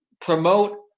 promote